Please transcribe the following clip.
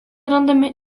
randami